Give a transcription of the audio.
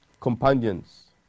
companions